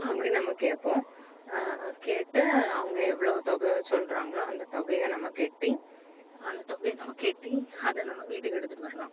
அப்படி நம்ம கேட்போம் கேட்டு அவங்க எவ்வளோ தொகை சொல்கிறாங்களோ அந்த தொகையை நம்ம கட்டி அந்த தொகையை நம்ம கட்டி அதை நம்ம வீட்டுக்கு எடுத்துட்டு வரலாம்